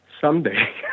Someday